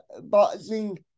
boxing